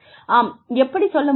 ஆம் எப்படிச் சொல்ல முடியும்